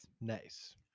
Nice